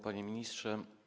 Panie Ministrze!